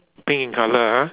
pink in colour ah